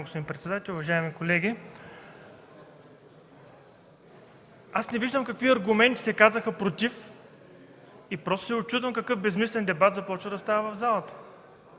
господин председател. Уважаеми колеги, аз не виждам какви аргументи се казаха против и просто се учудвам какъв безсмислен дебат започва в залата